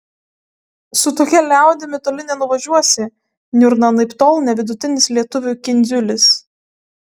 su tokia liaudimi toli nenuvažiuosi niurna anaiptol ne vidutinis lietuvių kindziulis